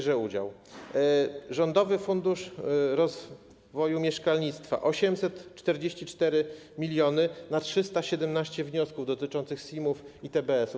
Rządowy Fundusz Rozwoju Mieszkalnictwa, 844 mln na 317 wniosków dotyczących SIM-ów i TBS-ów.